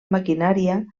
maquinària